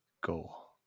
goal